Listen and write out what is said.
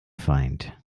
feind